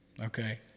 Okay